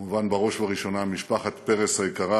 וכמובן בראש ובראשונה משפחת פרס היקרה: